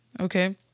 Okay